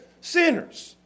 sinners